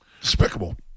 Despicable